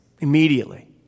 immediately